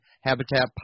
Habitat